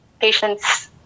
patients